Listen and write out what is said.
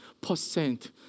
percent